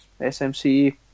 SMC